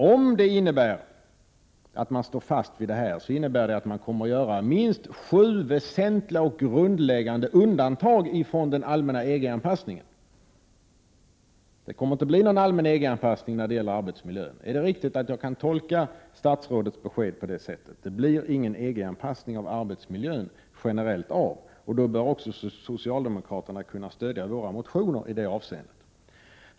Om det innebär att regeringen står fast vid dessa regler innebär det att man kommer att göra minst sju väsentliga och grundläggande undantag från den allmänna EG anpassningen. Det kommer inte att bli någon generell EG-anpassning när det gäller arbetsmiljön — är det riktigt att jag kan tolka statsrådets besked på det sättet? Då bör också socialdemokraterna kunna stödja miljöpartiets motioner i det avseendet.